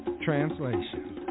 translation